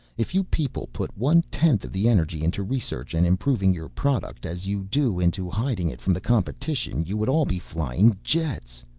if you people put one tenth of the energy into research and improving your product as you do into hiding it from the competition, you would all be flying jets.